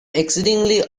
exceedingly